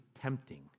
tempting